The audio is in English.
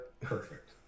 perfect